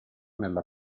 nella